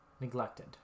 neglected